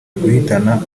guhitana